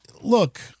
look